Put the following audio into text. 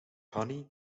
honey